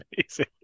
amazing